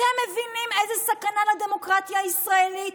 אתם מבינים איזה סכנה זו לדמוקרטיה הישראלית?